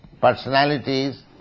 Personalities